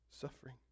suffering